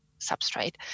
substrate